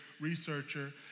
researcher